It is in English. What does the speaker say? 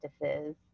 practices